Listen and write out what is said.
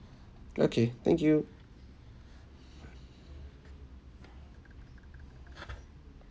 okay thank you